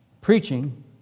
preaching